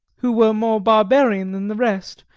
who were more barbarian than the rest,